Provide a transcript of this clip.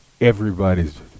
everybody's